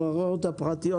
כנסת.